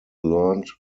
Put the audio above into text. learned